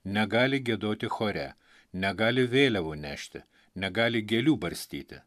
negali giedoti chore negali vėliavų nešti negali gėlių barstyti